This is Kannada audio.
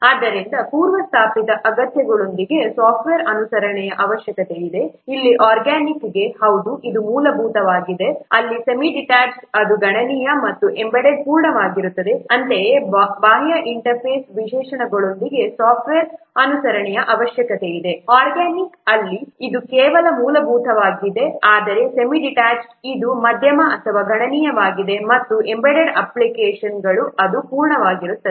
ಆದ್ದರಿಂದ ಪೂರ್ವ ಸ್ಥಾಪಿತ ಅಗತ್ಯತೆಗಳೊಂದಿಗೆ ಸಾಫ್ಟ್ವೇರ್ ಅನುಸರಣೆಯ ಅವಶ್ಯಕತೆಯಿದೆ ಇಲ್ಲಿ ಆರ್ಗ್ಯಾನಿಕ್ಗೆ ಹೌದು ಇದು ಮೂಲಭೂತವಾಗಿದೆ ಅಲ್ಲಿ ಸೆಮಿಡಿಟ್ಯಾಚ್ಡ್ ಅದು ಗಣನೀಯ ಮತ್ತು ಎಂಬೆಡೆಡ್ ಪೂರ್ಣವಾಗಿರುತ್ತದೆ ಅಂತೆಯೇ ಬಾಹ್ಯ ಇಂಟರ್ಫೇಸ್ ವಿಶೇಷಣಗಳೊಂದಿಗೆ ಸಾಫ್ಟ್ವೇರ್ ಅನುಸರಣೆಯ ಅವಶ್ಯಕತೆಯಿದೆ ಆರ್ಗ್ಯಾನಿಕ್ ಅಲ್ಲಿ ಇದು ಕೇವಲ ಮೂಲಭೂತವಾಗಿದೆ ಆದರೆ ಸೆಮಿಡಿಟ್ಯಾಚ್ಡ್ ಇದು ಮಧ್ಯಮ ಅಥವಾ ಗಣನೀಯವಾಗಿದೆ ಮತ್ತು ಎಂಬೆಡೆಡ್ ಅಪ್ಲಿಕೇಶನ್ಗಳಲ್ಲಿ ಅದು ಪೂರ್ಣವಾಗಿರುತ್ತದೆ